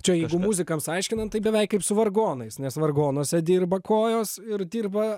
čia jeigu muzikams aiškinant tai beveik kaip su vargonais nes vargonuose dirba kojos ir dirba